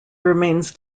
remains